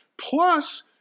plus